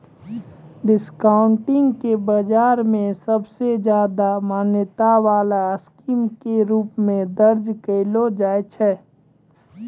discounting के बाजार मे सबसे ज्यादा मान्यता वाला स्कीम के रूप मे दर्ज कैलो छै